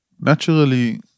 naturally